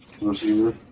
receiver